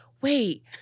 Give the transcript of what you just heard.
wait